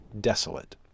desolate